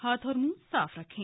हाथ और मुंह साफ रखें